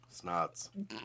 Snots